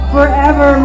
Forever